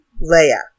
Leia